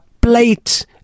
plate